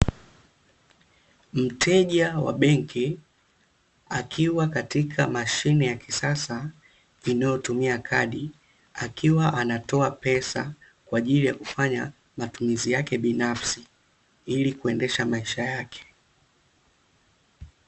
Mteja wa benki akiwa katika mashine ya kisasa inayotumia kadi, akiwa anatoa pesa kwa ajili ya kufanya matumizi yake binafsi, ili kuendesha maisha yake.